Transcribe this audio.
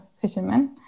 fishermen